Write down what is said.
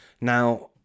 Now